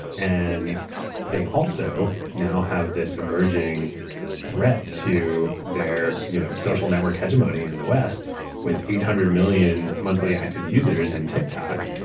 and they also now have this emerging threat to their you know social network hegemony in the west with eight hundred million monthly active users in tiktok.